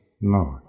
no